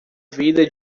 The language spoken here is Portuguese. vida